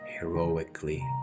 heroically